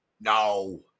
No